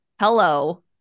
hello